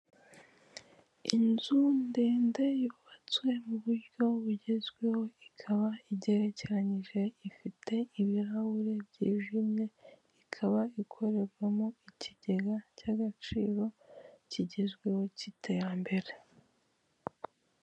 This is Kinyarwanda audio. Inzu ndende yubatswe mu buryo bugezweho ikaba igerekeranyije ifite ibirahure byijimye ikaba ikorerwamo ikigega cy' AGACIRO kigezweho cy'iterambere.